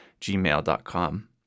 gmail.com